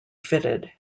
fitted